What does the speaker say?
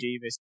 Davis